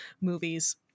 movies